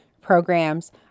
programs